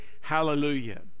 hallelujah